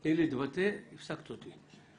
תני לי להתבטא, הפסקת אותי.